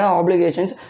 obligations